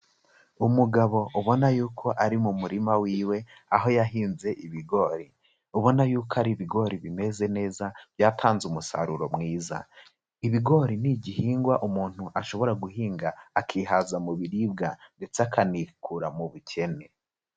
Umugabo ubona y'uko ari mu murima wiwe aho yahinze ibigori, ubona y'uko ari ibigori bimeze neza byatanze umusaruro mwiza, ibigori ni igihingwa umuntu ashobora guhinga akihaza mu biribwa ndetse akanikura mu bukene.